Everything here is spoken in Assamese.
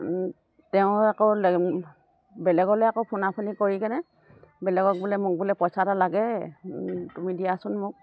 তেওঁ আকৌ বেলেগলে আকৌ ফুনাফুনি কৰি কেনে বেলেগক বোলে মোক বোলে পইচা এটা লাগে তুমি দিয়াচোন মোক